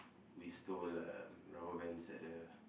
we stole uh rubber bands at the